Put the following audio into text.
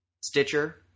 Stitcher